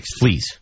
Please